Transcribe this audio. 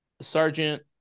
Sergeant